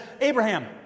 abraham